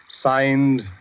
Signed